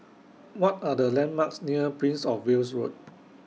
What Are The landmarks near Prince of Wales Road